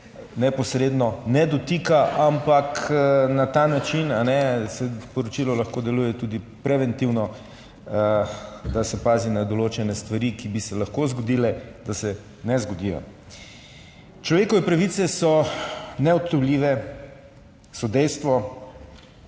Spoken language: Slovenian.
neposredno ne dotika, ampak na ta način – saj poročilo lahko deluje tudi preventivno – da se pazi na določene stvari, ki bi se lahko zgodile, da se ne zgodijo. Človekove pravice so neodtujljive, so dejstvo,